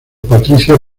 patricia